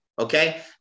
Okay